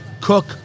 Cook